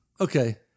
Okay